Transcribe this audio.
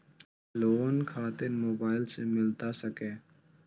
Loan खातिर mobile से मिलता सके?